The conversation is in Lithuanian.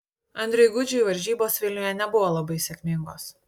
andriui gudžiui varžybos vilniuje nebuvo labai sėkmingos